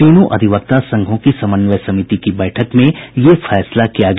तीनों अधिवक्ता संघों की समन्वय समिति की बैठक में यह फैसला किया गया